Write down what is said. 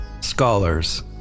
Scholars